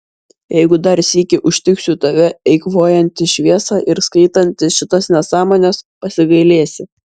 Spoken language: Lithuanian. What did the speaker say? jeigu dar sykį užtiksiu tave eikvojantį šviesą ir skaitantį šitas nesąmones pasigailėsi